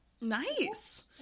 Nice